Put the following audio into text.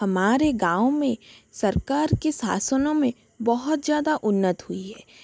हमारे गाँव में सरकार के साशनों में बहुत ज़्यादा उन्नती हुई है